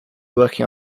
working